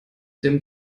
dem